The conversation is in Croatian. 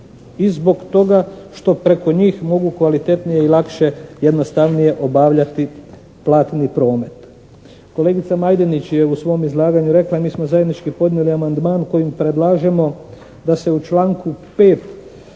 i zbog toga što preko njih mogu kvalitetnije i lakše, jednostavnije obavljati platni promet. Kolegica Majdenić je u svom izlaganju rekla: «Mi smo zajednički podnijeli amandman kojim predlažemo da se u članku 5.